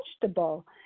vegetable